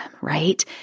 right